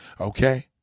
Okay